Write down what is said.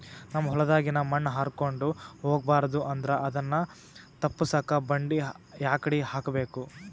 ನಮ್ ಹೊಲದಾಗಿನ ಮಣ್ ಹಾರ್ಕೊಂಡು ಹೋಗಬಾರದು ಅಂದ್ರ ಅದನ್ನ ತಪ್ಪುಸಕ್ಕ ಬಂಡಿ ಯಾಕಡಿ ಹಾಕಬೇಕು?